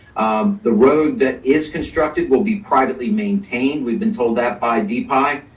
the road that is constructed will be privately maintained. we've been told that by dpi.